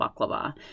baklava